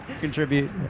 contribute